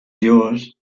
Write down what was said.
yours